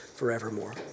Forevermore